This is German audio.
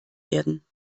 werden